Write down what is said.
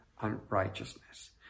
unrighteousness